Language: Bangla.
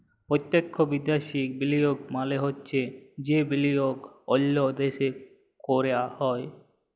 পত্যক্ষ বিদ্যাশি বিলিয়গ মালে হছে যে বিলিয়গ অল্য দ্যাশে ক্যরা হ্যয়